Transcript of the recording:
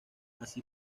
así